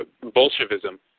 Bolshevism